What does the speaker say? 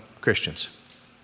Christians